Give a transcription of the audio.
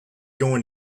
going